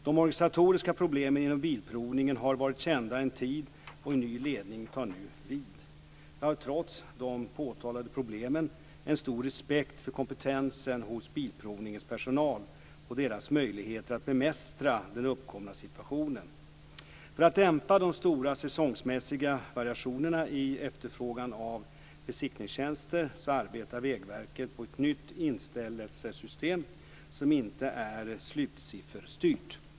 De organisatoriska problemen inom Bilprovningen har varit kända en tid, och en ny ledning tar nu vid. Jag har trots de påtalade problemen en stor respekt för kompetensen hos Bilprovningens personal och deras möjligheter att bemästra den uppkomna situationen. För att dämpa de stora säsongsmässiga variationerna i efterfrågan av besiktningstjänster arbetar Vägverket på ett nytt inställelsesystem som inte är "slutsifferstyrt".